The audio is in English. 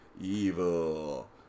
Evil